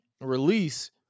release